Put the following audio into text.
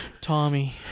Tommy